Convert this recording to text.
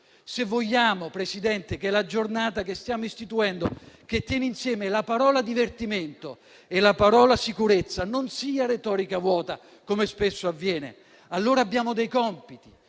Se vogliamo che la Giornata che stiamo istituendo, che tiene insieme la parola divertimento e la parola sicurezza, non sia retorica vuota, come spesso avviene, allora abbiamo dei compiti: